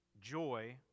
Joy